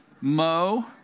Mo